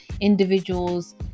individuals